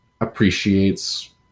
appreciates